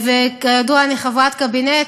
וכידוע, אני חברת קבינט,